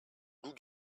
loups